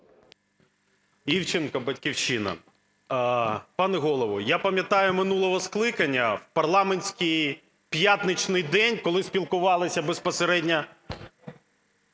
Івченко, "Батьківщина". Пане Голово, я пам'ятаю, минулого скликання в парламентський п'ятничний день, коли спілкувалися безпосередньо